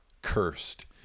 cursed